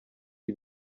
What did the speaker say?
ibi